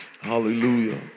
Hallelujah